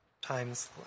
times